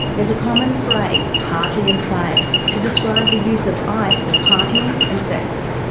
there's a common phrase party and play to describe the use of ice for partying and sex.